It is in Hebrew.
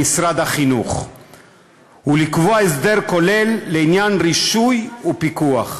למשרד החינוך ולקבוע הסדר כולל לעניין רישוי ופיקוח.